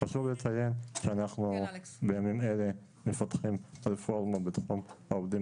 חשוב לציין שאנחנו בימים אלה מפתחים רפורמה בתחום העובדים